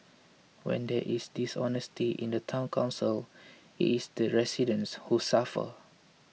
when there is dishonesty in the Town Council it is the residents who suffer